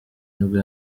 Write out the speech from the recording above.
nibwo